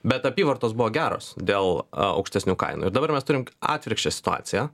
bet apyvartos buvo geros dėl aukštesnių kainų ir dabar mes turim atvirkščią situaciją